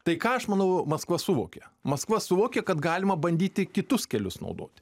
tai ką aš manau maskva suvokė maskva suvokė kad galima bandyti kitus kelius naudoti